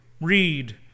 read